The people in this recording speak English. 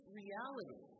reality